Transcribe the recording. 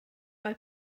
mae